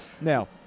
Now